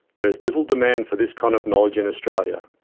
there is little demand for this kind of knowledge in australia.